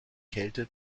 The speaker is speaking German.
kälte